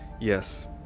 Yes